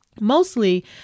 Mostly